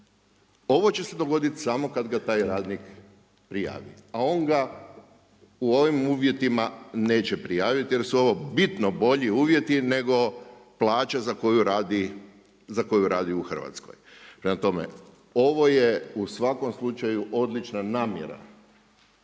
ovo će se dogoditi samo kad ga taj radnik prijavi. A on ga u ovim uvjetima neće prijaviti, jer su ovo bitno bolji uvjeti nego plaća za koju radi u Hrvatskoj. Prema tome, ovo je u svakom slučaju odlična namjera